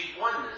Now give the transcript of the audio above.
oneness